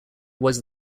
was